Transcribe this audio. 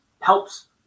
helps